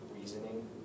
reasoning